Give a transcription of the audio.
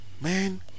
man